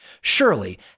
Surely